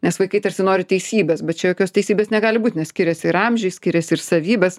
nes vaikai tarsi nori teisybės bet čia jokios teisybės negali būi nes skiriasi ir amžiuj skiriasi ir savybės